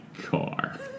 car